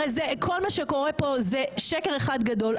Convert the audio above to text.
הרי כל מה שקורה פה זה שקר אחד גדול,